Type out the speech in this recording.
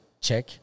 check